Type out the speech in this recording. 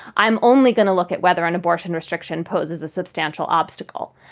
i'm only going to look at whether an abortion restriction poses a substantial obstacle.